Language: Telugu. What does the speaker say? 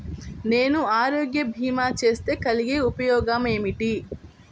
నేను ఆరోగ్య భీమా చేస్తే కలిగే ఉపయోగమేమిటీ?